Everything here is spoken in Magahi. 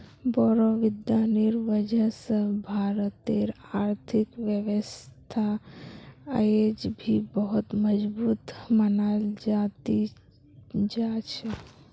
बोड़ो विद्वानेर वजह स भारतेर आर्थिक व्यवस्था अयेज भी बहुत मजबूत मनाल जा ती जा छ